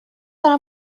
دارم